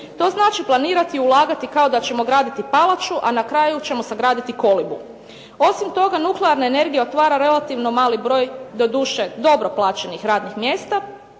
To znači planirati i ulagati kao da ćemo graditi palaču, a na kraju ćemo sagraditi kolibu. Osim toga, nuklearna energija otvara relativno mali broj doduše dobro plaćenih radnih mjesta,